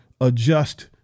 adjust